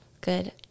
Good